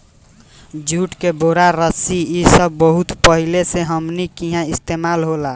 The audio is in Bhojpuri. जुट के बोरा, रस्सी इ सब बहुत पहिले से हमनी किहा इस्तेमाल होता